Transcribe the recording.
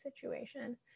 situation